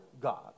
God